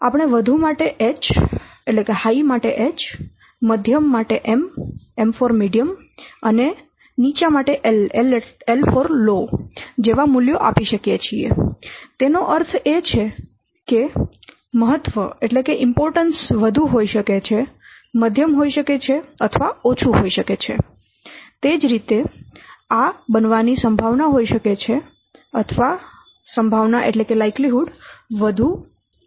તેથી આપણે વધુ માટે H મધ્યમ માટે M અને નીચા માટે L જેવા મૂલ્યો આપી શકીએ છીએ એનો અર્થ એ કે મહત્વ વધુ હોઈ શકે છે મધ્યમ હોઈ શકે છે અથવા ઓછું હોઈ શકે છે તે જ રીતે આ બનવાની સંભાવના હોઈ શકે છે અથવા સંભાવના વધુ મધ્યમ અથવા નીચી હોઇ શકે છે